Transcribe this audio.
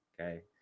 Okay